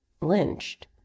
lynched